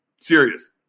Serious